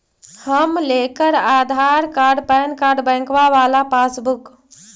हम लेकर Aadhaar card PAN card बैंकवा वाला पासबुक?